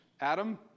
Adam